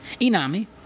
Inami